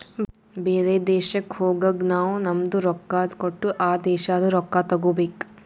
ಬೇರೆ ದೇಶಕ್ ಹೋಗಗ್ ನಾವ್ ನಮ್ದು ರೊಕ್ಕಾ ಕೊಟ್ಟು ಆ ದೇಶಾದು ರೊಕ್ಕಾ ತಗೋಬೇಕ್